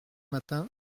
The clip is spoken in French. matin